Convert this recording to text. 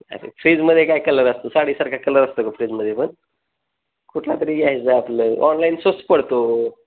अरे फ्रीजमध्ये काय कलर असतं साडीसारखा कलर असतं का फ्रीजमध्ये पण कुठला तरी घ्यायचं आपलं ऑनलाईन स्वस्त पडतो